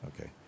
Okay